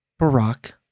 Barack